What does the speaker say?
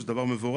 שזה דבר מבורך,